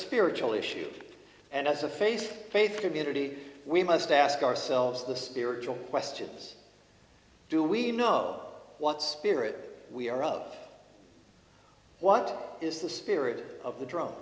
spiritual issue and as a face faith community we must ask ourselves the spiritual questions do we know what spirit we are of what is the spirit of the dru